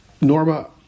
Norma